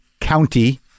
County